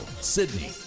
Sydney